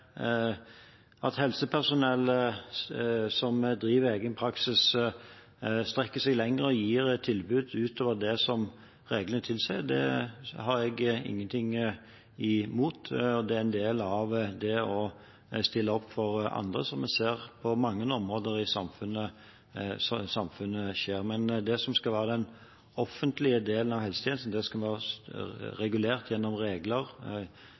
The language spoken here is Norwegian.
gir et tilbud utover det som reglene tilsier, har jeg ingenting imot. Det er en del av det å stille opp for andre, som vi ser skje på mange områder i samfunnet. Men når det gjelder det som skal være den offentlige delen av helsetjenesten – det som er regulert gjennom regler